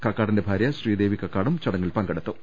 കക്കാ ടിന്റെ ഭാര്യ ശ്രീദേവി കക്കാടും ചടങ്ങിൽ പങ്കെടുത്തു